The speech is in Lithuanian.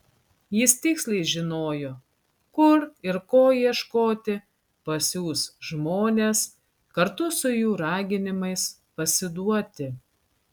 jis tiksliai žinojo kur ir ko ieškoti pasiųs žmones kartu su jų raginimais pasiduoti